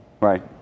Right